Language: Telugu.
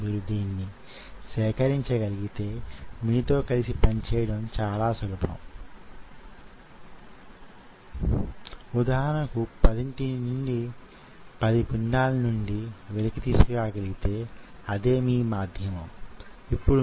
అది ఈ విధమైన స్కెలిటల్ మజిల్ ఐనా యీ విధమైన కార్డియాక్ మ్యోసైట్స్ లేక కార్డియాక్ టిష్యూ మ్యోసైట్స్ లేక కార్డియాక్ టిష్యూ ఐనా